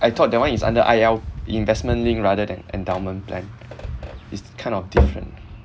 I thought that one is under I_L investment linked rather than endowment plan it's kind of different